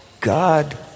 God